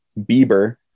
Bieber